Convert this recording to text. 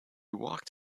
walked